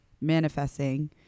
manifesting